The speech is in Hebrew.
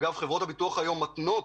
חברות הביטוח היום מתנות